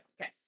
Okay